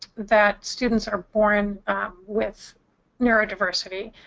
that students are born with neurodiversity,